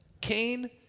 Cain